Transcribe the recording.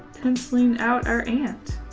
penciling out our ant.